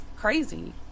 crazy